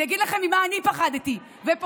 אני אגיד לכם ממה אני פחדתי ופוחדת,